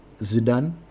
Zidane